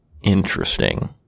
interesting